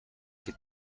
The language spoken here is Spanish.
que